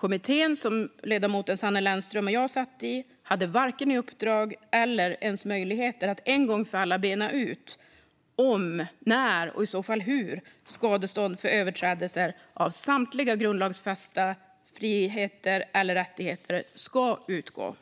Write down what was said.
kommitté som ledamoten Sanne Lennström och jag satt i hade varken i uppdrag att eller ens möjlighet att en gång för alla bena ut om, när och i så fall hur skadestånd för överträdelser av samtliga grundlagsfästa fri och rättigheter ska utgå.